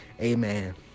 Amen